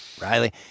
Riley